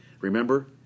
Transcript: Remember